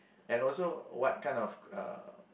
and also what kind of uh